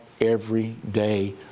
everyday